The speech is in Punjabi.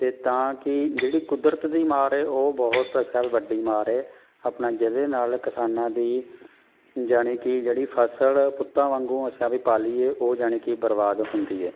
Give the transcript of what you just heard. ਅਤੇ ਤਾਂ ਕਿ ਜਿਹੜੀ ਕੁਦਰਤ ਦੀ ਮਾਰ ਹੈ ਉਹ ਬਹੁਤ ਅੱਛਾ ਵੀ ਵੱਡੀ ਮਾਰ ਹੈ ਆਪਣਾ ਜਿਸਦੇ ਨਾਲ ਕਿਸਾਨਾਂ ਦੀ ਜਾਣੀ ਕਿ ਜਿਹੜੀ ਫਸਲ ਪੁੱਤਾਂ ਵਾਂਗੂੰ ਅੱਛਾ ਵੀ ਪਾਲੀ ਹੈ ਉਹ ਜਾਣੀ ਕਿ ਬਰਬਾਦ ਹੁੰਦੀ ਹੈ